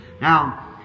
now